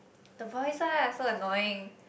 the voice ah so annoying